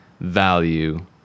value